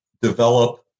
develop